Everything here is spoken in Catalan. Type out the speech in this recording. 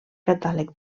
catàleg